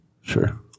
sure